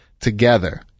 together